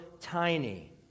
Tiny